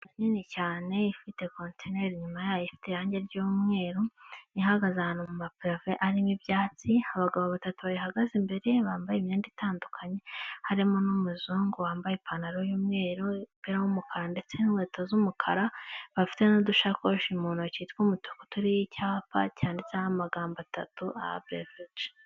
Nini cyane ifite kotineri inyuma yayo ifite irangi ry'umweru, ihagaze ahantu mu mapave arimo ibyatsi, abagabo batatu bayihagaze imbere bambaye imyenda itandukanye, harimo n'umuzungu wambaye ipantaro y'umweru, umupira w'umukara ndetse n'inkweto z'umukara, bafite n'udushakoshi mu ntoki tw'umutuku turiho icyapa cyanditseho amagambo atatu abefeje.